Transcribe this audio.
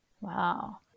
Wow